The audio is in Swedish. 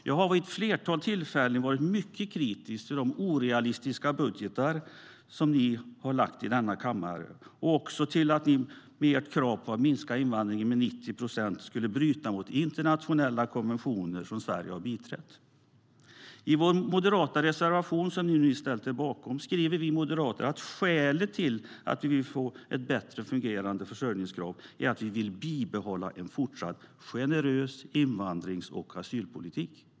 Jag har vid ett flertal tillfällen uttryckt stark kritik mot de orealistiska budgetar ni lagt fram i denna kammare samt mot att ni med ert krav på att minska invandringen med 90 procent skulle bryta mot internationella konventioner som Sverige biträtt.I vår reservation, som ni nu ställt er bakom, skriver vi moderater att skälet till att vi vill få ett bättre fungerande försörjningskrav är att vi vill bibehålla en fortsatt generös invandrings och asylpolitik.